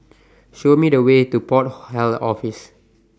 Show Me The Way to Port Health Office